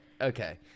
Okay